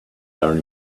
are